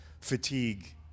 fatigue